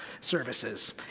Services